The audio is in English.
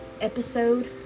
episode